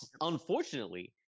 unfortunately